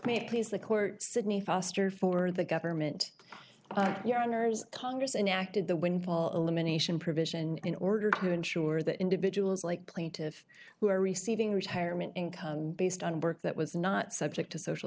it please the court sidney foster for the government your honour's congress enacted the windfall elimination provision in order to ensure that individuals like plaintive who are receiving retirement income based on work that was not subject to social